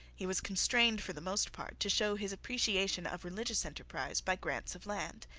he was constrained, for the most part, to show his appreciation of religious enterprise by grants of land.